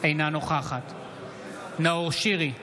אינה נוכחת נאור שירי,